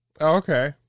Okay